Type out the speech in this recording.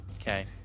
Okay